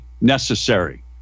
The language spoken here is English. necessary